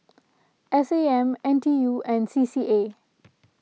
S A M N T U and C C A